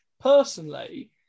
personally